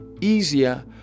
easier